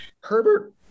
Herbert